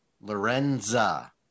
Lorenza